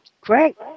Great